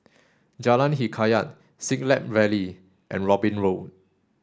Jalan Hikayat Siglap Valley and Robin Road